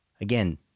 again